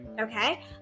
okay